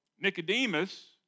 Nicodemus